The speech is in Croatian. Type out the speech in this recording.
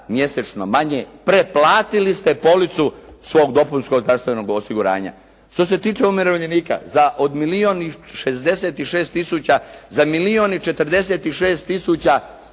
mjesečno manje, preplatili ste policu svog dopunskog zdravstvenog osiguranja. Što se tiče umirovljenika, za od milijun i 66